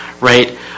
right